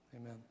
Amen